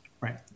Right